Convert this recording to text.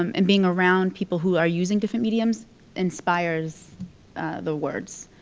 um and being around people who are using different mediums inspires the words.